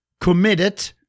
committed